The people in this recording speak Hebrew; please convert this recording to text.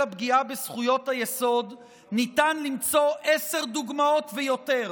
הפגיעה בזכויות היסוד ניתן למצוא עשר דוגמאות ויותר